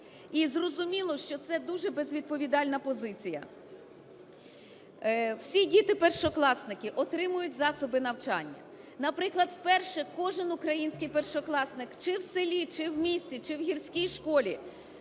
І зрозуміло, що це дуже безвідповідальна позиція. Всі діти першокласники отримають засоби навчання. Наприклад, в перше кожен український першокласник чи в селі, чи в місті, чи в гірській школі